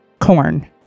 Corn